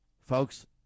folks